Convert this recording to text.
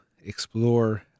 explore